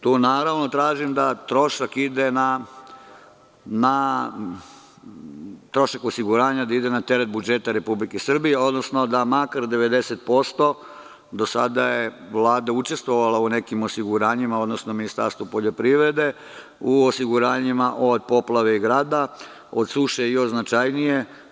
Tu tražim da trošak ide na teret budžeta Republike Srbije, da makar 90%, a do sada je Vlada učestvovala u nekim osiguranjima, odnosno Ministarstvo poljoprivrede, u osiguranju od poplave i grada, od suše još značajnije.